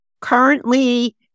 currently